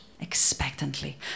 expectantly